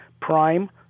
Prime